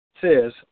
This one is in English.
says